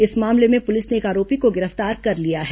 इस मामले में पुलिस ने एक आरोपी को गिरफ्तार कर लिया है